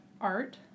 art